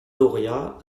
doria